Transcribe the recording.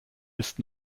ist